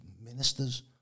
ministers